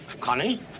Connie